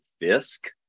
Fisk